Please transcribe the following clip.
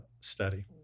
study